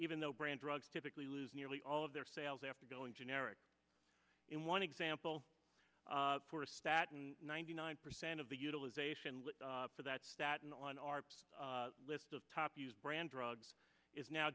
even though brand drugs typically lose nearly all of their sales after going generic one example for a stat and ninety nine percent of the utilization for that stat and on our list of top use brand drugs is now